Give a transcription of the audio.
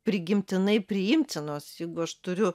prigimtinai priimtinos jeigu aš turiu